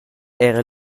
era